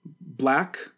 black